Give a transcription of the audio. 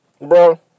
bro